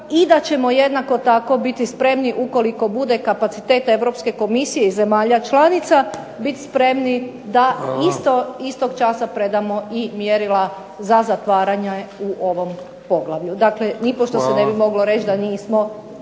I da ćemo jednako tako biti spremni ukoliko bude kapacitet Europske komisije i zemalja članica biti spremni da isto istog časa predamo i mjerila za zatvaranje u ovom poglavlju. Dakle, nipošto se ne bi moglo reći da nismo